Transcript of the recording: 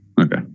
Okay